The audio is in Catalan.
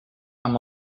amb